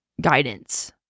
guidance